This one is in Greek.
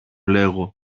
λέγω